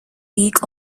week